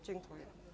Dziękuję.